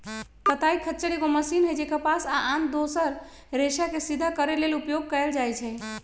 कताइ खच्चर एगो मशीन हइ जे कपास आ आन दोसर रेशाके सिधा करे लेल उपयोग कएल जाइछइ